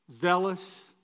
zealous